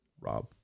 Rob